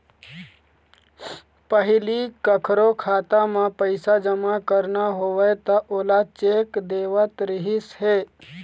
पहिली कखरो खाता म पइसा जमा करना होवय त ओला चेक देवत रहिस हे